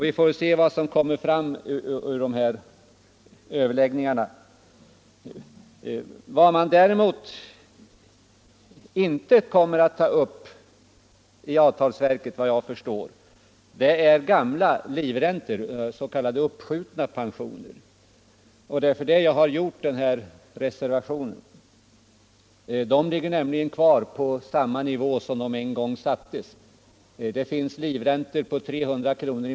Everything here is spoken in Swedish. Vi får väl se vad som kommer fram av denna undersökning. Vad man däremot inte kommer att ta upp i avtalsverket är frågan om gamla livräntor, s.k. uppskjutna pensioner. Det är också anledningen till att jag fogat en reservation till utskottsbetänkandet. Dessa livräntor ligger nämligen kvar på den nivå på vilken de en gång sattes. Det finns livräntor på 300 kr.